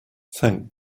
thank